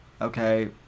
Okay